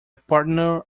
partner